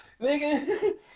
nigga